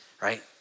right